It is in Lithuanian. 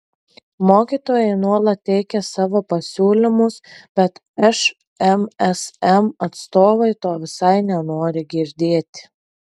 mokytojai nuolat teikia savo pasiūlymus bet šmsm atstovai to visai nenori girdėti